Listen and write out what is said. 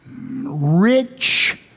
rich